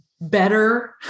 better